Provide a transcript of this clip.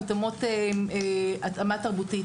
מותאמות התאמה תרבותית.